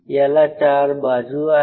याला चार बाजू आहे